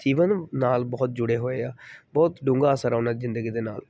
ਜੀਵਨ ਨਾਲ ਬਹੁਤ ਜੁੜੇ ਹੋਏ ਆ ਬਹੁਤ ਡੂੰਘਾ ਅਸਰ ਆ ਉਹਨਾਂ ਦੀ ਜ਼ਿੰਦਗੀ ਦੇ ਨਾਲ